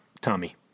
Tommy